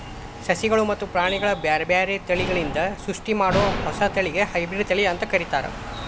ಸಸಿಗಳು ಮತ್ತ ಪ್ರಾಣಿಗಳ ಬ್ಯಾರ್ಬ್ಯಾರೇ ತಳಿಗಳಿಂದ ಸೃಷ್ಟಿಮಾಡೋ ಹೊಸ ತಳಿಗೆ ಹೈಬ್ರಿಡ್ ತಳಿ ಅಂತ ಕರೇತಾರ